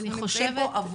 אנחנו יושבים פה עבורכם,